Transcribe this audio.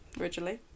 originally